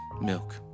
milk